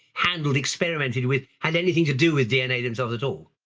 handled, experimented with, had anything to do with dna themselves at all.